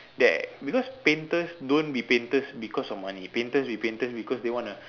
their because painters don't be painters because of money painters be painters because they wanna